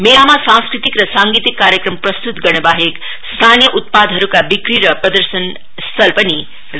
मेला सांस्कृतिक र सागीतिक कार्यक्रम प्रस्त्त गर्नबाहेक स्थानीय उत्पादहरुका बिक्री र प्रदर्शन स्थल पनि राखिएको छ